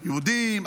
יהודים,